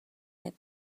had